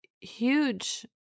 huge